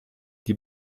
die